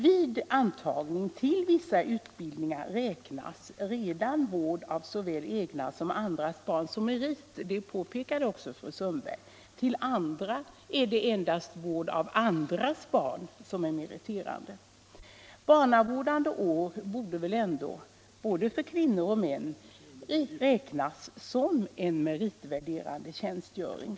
barn som andras barn som merit. Det påpekade också fru Sundberg. Vid antagning till andra utbildningar är det endast vård av andras barn som är meriterande. Barnavårdande år borde väl ändå, både för kvinnor och för män, räknas som en meriterande tjänstgöring.